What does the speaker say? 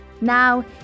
Now